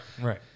right